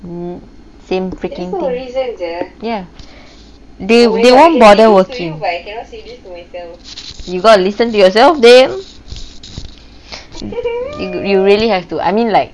mm same freaking theories ya they they won't bother working you gotta listen to yourself damn you you really have to I mean like